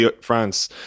France